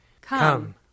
Come